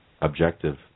objective